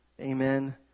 Amen